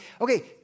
Okay